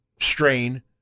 strain